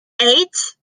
eight